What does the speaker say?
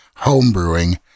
homebrewing